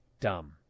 Dumb